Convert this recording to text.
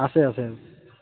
আছে আছে